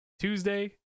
Tuesday